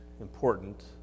important